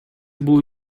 бул